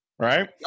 right